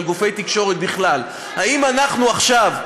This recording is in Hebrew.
על גופי תקשורת בכלל: האם אנחנו עכשיו,